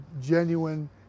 genuine